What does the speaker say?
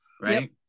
right